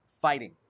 fighting